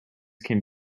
can